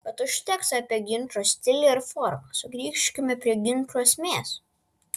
bet užteks apie ginčo stilių ar formą sugrįžkime prie ginčo esmės